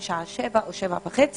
מהשעה 07:00 או 07:30,